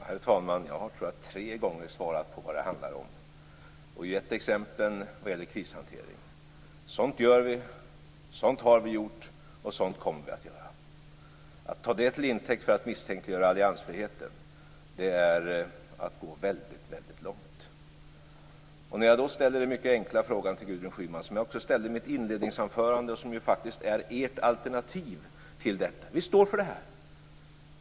Herr talman! Jag tror att jag har svarat tre gånger på vad det handlar om och gett exemplen vad gäller krishantering. Sådant gör vi, sådant har vi gjort, och sådant kommer vi att göra. Att ta detta till intäkt för att misstänkliggöra alliansfriheten är att gå väldigt långt. Jag ställde den mycket enkla frågan till Gudrun Schyman, som jag också ställde i mitt inledningsanförande, som gäller ert alternativ till detta. Vi står för detta.